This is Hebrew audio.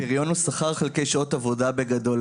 הפריון הוא שכר חלקי שעות עבודה בגדול,